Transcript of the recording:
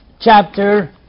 chapter